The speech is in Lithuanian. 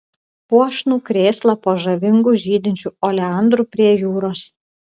puošnų krėslą po žavingu žydinčiu oleandru prie jūros